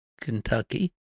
Kentucky